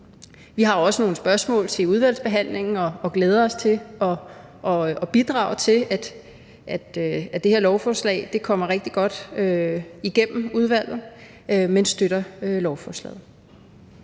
Vi har også nogle spørgsmål til udvalgsbehandlingen, og vi glæder os til at bidrage til, at det her lovforslag kommer rigtig godt igennem udvalget, men vi støtter lovforslaget.